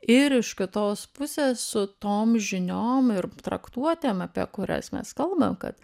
ir iš kitos pusės su tom žiniom ir traktuoti apie kurias mes kalbam kad